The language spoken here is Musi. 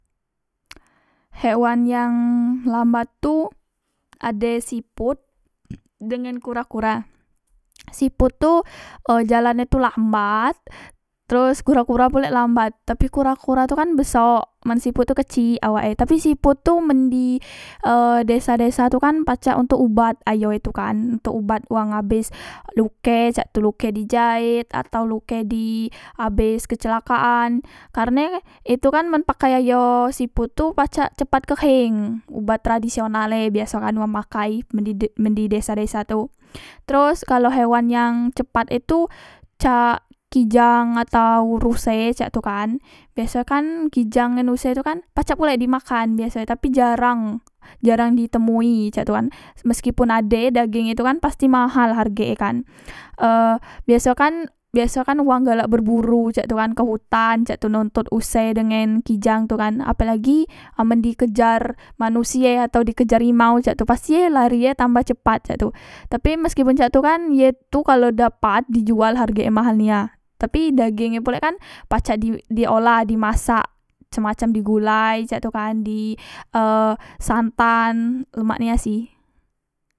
Hewan yang lambattu ade siput dengan kura kura siput tu jalan e tu lambat teros kura kura pulek lambat tapi kura kura tu kan besok men siput tu kecik awak e tapi siput tu men di e desa desa tu kan pacak untuk ubat ayo e tu kan untuk ubat wang abes luke cak tu luke dijaet atau luke abis di e kecelakaan karne itu kan men pakai ayo siput tu pacak keheng ubat tradisional e wong makai men di men di desa desa tu terus kalo hewan yang cepat itu cak kijang atau ruse cak itu kan biasoe kan kijang ngan ruse tu kan pacak pulek dimakan biaso etapi jarang jarang di temui cak tu kan meskipun ade dageng e tu kan pasti mahal hargek e kan e biaso kan biaso kan wang galak berburu cak tu kan ke hutan cak tu nontot ruse ngen kijang tu kan apelagi amen dikejar manusie atau dikejar imau cak tu pasti larie tambah cepat cak tu tapi meskipun cak tu kan ye tu kalo dapat di jual hargek e tu mahal nia tapi dageng e pulek kan pacak di di olah di masak cam macam di gulai cak tu kan di e santan lemak nian sih